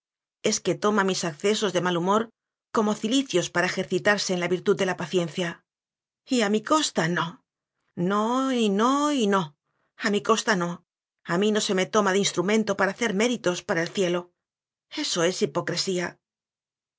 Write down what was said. es que toma mis accesos de mal hu mor como cilicios para ejercitarse en la vir i tud de la paciencia y a mi costa no no no y no a mi costa no a mí no se me toma de instrumento para hacer méritos para el cielo eso es hipocresía